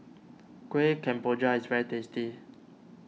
Kueh Kemboja is very tasty